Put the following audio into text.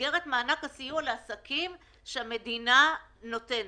במסגרת מענק הסיוע לעסקים שהמדינה נותנת.